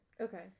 Okay